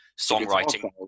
songwriting